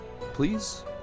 Please